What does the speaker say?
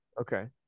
okay